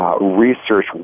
Research